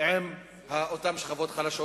עם אותן שכבות חלשות,